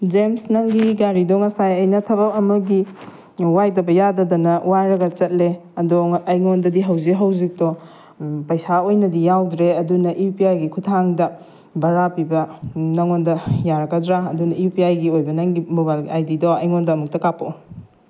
James ꯅꯪꯒꯤ ꯒꯥꯔꯤꯗꯣ ꯉꯁꯥꯏ ꯑꯩꯅ ꯊꯕꯛ ꯑꯃꯒꯤ ꯋꯥꯏꯗꯕ ꯌꯥꯗꯗꯅ ꯋꯥꯏꯔꯒ ꯆꯠꯂꯦ ꯑꯗꯣ ꯑꯩꯉꯣꯟꯗꯗꯤ ꯍꯧꯖꯤꯛ ꯍꯧꯖꯤꯛꯇꯣ ꯄꯩꯁꯥ ꯑꯣꯏꯅꯗꯤ ꯌꯥꯎꯗ꯭ꯔꯦ ꯑꯗꯨꯅ ꯏꯎ ꯄꯤ ꯑꯥꯏꯒꯤ ꯈꯨꯊꯥꯡꯗ ꯚꯔꯥ ꯄꯤꯕ ꯅꯉꯣꯟꯗ ꯌꯥꯔꯛꯀꯗ꯭ꯔ ꯑꯗꯨꯅ ꯏꯎ ꯄꯤ ꯑꯥꯏꯒꯤ ꯑꯣꯏꯕ ꯅꯪꯒꯤ ꯃꯣꯕꯥꯏꯜ ꯑꯥꯏꯗꯤꯗꯣ ꯑꯩꯉꯣꯟꯗ ꯑꯃꯨꯛꯇ ꯀꯥꯞꯄꯛꯑꯣ